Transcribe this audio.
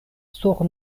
sur